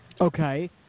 Okay